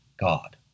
God